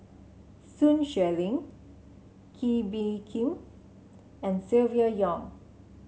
Sun Xueling Kee Bee Khim and Silvia Yong